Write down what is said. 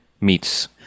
meets